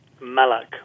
Malak